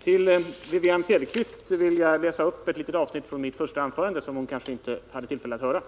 För Wivi-Anne Cederqvist vill jag läsa upp ett litet avsnitt ur mitt första anförande, som hon kanske inte hade tillfälle att höra: